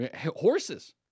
horses